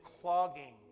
clogging